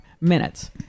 minutes